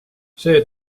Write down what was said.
see